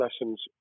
lessons